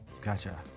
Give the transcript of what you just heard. Gotcha